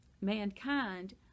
mankind